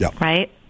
right